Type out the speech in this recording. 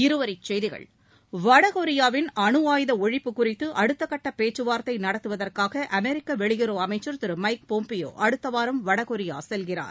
இருவரி செய்திகள் வடகொியாவின் அணுஆயுத அழிப்பு அகுறித்து அடுத்தகட்ட பேச்சுவா்த்தை நடத்துவதற்காக அமெரிக்க வெளியுறவு அமைச்சர் திரு மைக் போம்பியோ அடுத்த வாரம் வடகொரியா செல்கிறார்